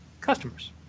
customers